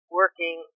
working